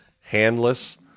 handless